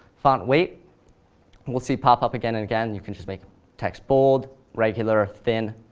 font weight we'll see pop up again and again. you can just make text bold, regular, thin.